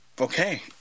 okay